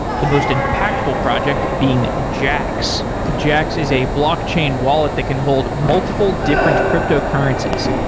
the most impactful project being jaxx. jaxx is a blockchain wallet that can hold multiple different cryptocurrencies.